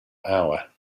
hour